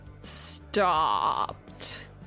stopped